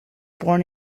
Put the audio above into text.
born